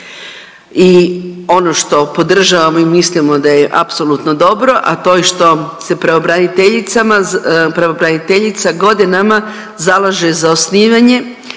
I ono što podržavamo i mislimo da je apsolutno dobro, a to je što se pravobraniteljica godinama zalaže za osnivanje